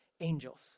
Angels